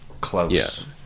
close